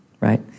Right